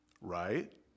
Right